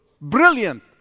brilliant